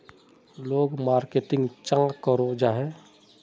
लोग मार्केटिंग चाँ करो जाहा?